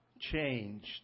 changed